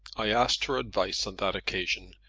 i asked her advice on that occasion,